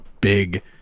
big